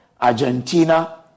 Argentina